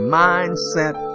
mindset